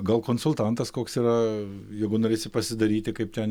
gal konsultantas koks yra jeigu norėsi pasidaryti kaip ten